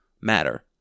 matter